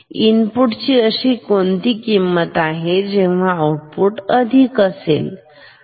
इनपुटची अशी कोणती किंमत आहे जेव्हा आउटपुट अधिक असेल